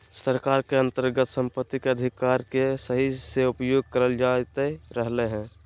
सरकार के अन्तर्गत सम्पत्ति के अधिकार के सही से उपयोग करल जायत रहलय हें